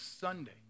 Sunday